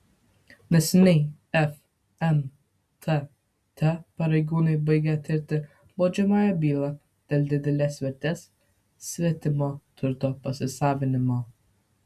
neseniai fntt pareigūnai baigė tirti baudžiamąją bylą dėl didelės vertės svetimo turto pasisavinimo